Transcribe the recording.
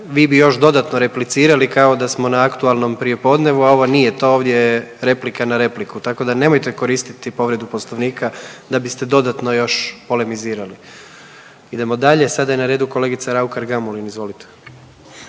vi bi još dodatno replicirali kao da smo na aktualnom prijepodnevu, a ovo nije to, ovdje je replika na repliku. Tako da nemojte koristiti povredu Poslovnika da biste dodatno još polemizirali. Idemo dalje, sada je na redu kolegica Raukar Gamulin, izvolite.